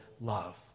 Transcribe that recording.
love